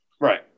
Right